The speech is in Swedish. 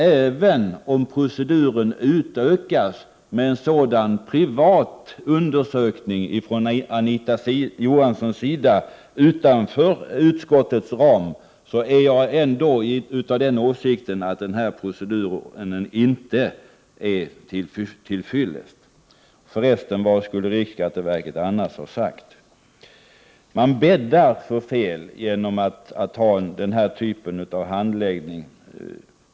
Även om proceduren utökas med en sådan privat undersökning utanför utskottet ifrån Anita Johanssons sida, är jag ändå av den åsikten att behandlingen inte är till fyllest. Förresten: Vad skulle riksskatteverket annars ha sagt? Man bäddar för fel genom den här typen av handläggning.